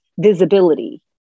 visibility